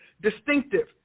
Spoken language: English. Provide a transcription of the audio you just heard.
distinctive